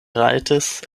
rajtis